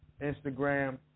Instagram